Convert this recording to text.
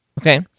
Okay